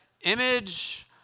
Image